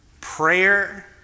prayer